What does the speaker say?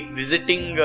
visiting